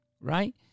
Right